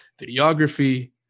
videography